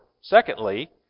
secondly